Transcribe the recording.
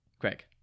Craig